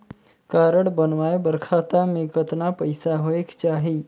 Card बनवाय बर खाता मे कतना पईसा होएक चाही?